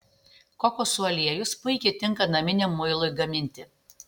kokosų aliejus puikiai tinka naminiam muilui gaminti